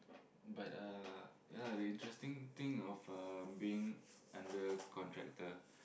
but uh ah the interesting thing of uh being under contractor